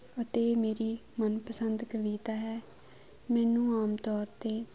ਅਤੇ ਮੇਰੀ ਮਨਪਸੰਦ ਕਵੀਤਾ ਹੈ ਮੈਨੂੰ ਆਮ ਤੌਰ 'ਤੇ